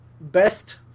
best